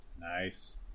Nice